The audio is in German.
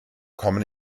kommen